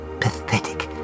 Pathetic